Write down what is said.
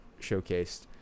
showcased